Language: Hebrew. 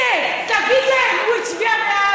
בושה לאופוזיציה.